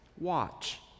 Watch